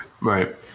Right